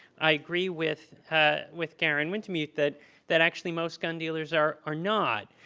i agree with with garen wintemute that that actually most gun dealers are are not.